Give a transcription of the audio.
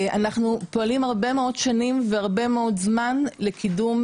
אנחנו פועלים הרבה מאוד שנים והרבה מאוד זמן לקידום